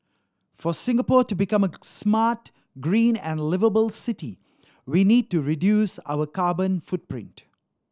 for Singapore to become a smart green and liveable city we need to reduce our carbon footprint